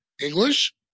English